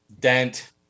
dent